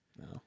No